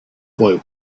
boy